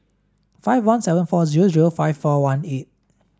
five one seven four zero zero five four one eight